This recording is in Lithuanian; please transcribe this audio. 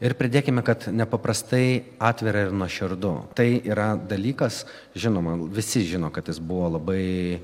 ir pridėkime kad nepaprastai atvirą ir nuoširdų tai yra dalykas žinoma visi žino kad jis buvo labai